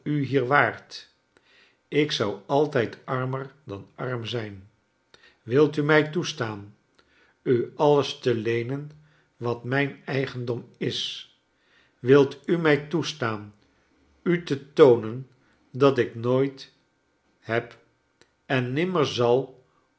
u hier waart ik zou altijd armer dan arm zijn wilt u mij toestaan u alles te leenen wat mijn eigendom is wilt u mij toestaan u te toonen dat ik nooit heb en nimrner zal